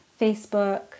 Facebook